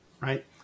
right